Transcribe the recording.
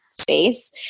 space